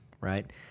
right